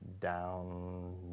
down